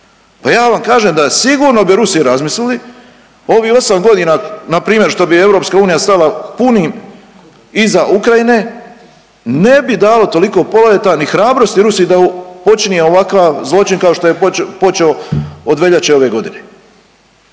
Pa ja vam kažem da sigurno bi Rusi razmislili ovi osam godina npr. što bi EU stala punim iza Ukrajine ne bi dalo toliko poleta ni hrabrosti Rusiji da počini ovakav zločin kao što počeo od veljače ove godine.